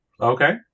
okay